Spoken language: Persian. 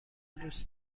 دوست